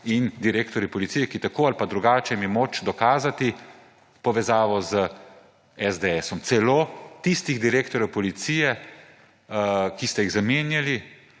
in direktorji policije, ki jim je tako ali pa drugače moč dokazati povezavo s SDS, celo pri tistih direktorjih policije, ki ste jih zamenjali,